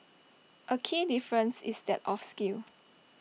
A key difference is that of scale